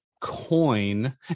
Coin